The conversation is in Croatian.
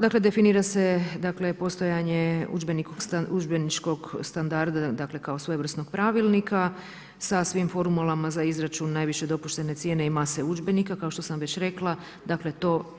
Dakle, definira se, dakle, postojanje udžbeničkog standarda, dakle, kao svojevrsnog pravilnika sa svim formulama za izračun najviše dopuštene cijene i mase udžbenika, kao što sam već rekla, dakle, to